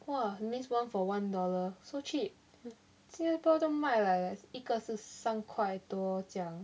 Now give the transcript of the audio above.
!wah! that means one for one dollar so cheap 新加坡都卖 like 一个是三块多这样